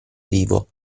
vivo